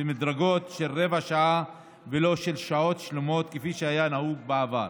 במדרגות של רבע שעה ולא של שעות שלמות כפי שהיה נהוג בעבר.